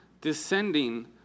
descending